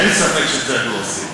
אין ספק שצריך להוסיף.